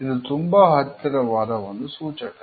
ಇದು ತುಂಬಾ ಹತ್ತಿರವಾದ ಬಂದು ಸೂಚಕ